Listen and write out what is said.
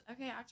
okay